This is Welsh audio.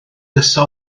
nesa